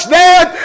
dead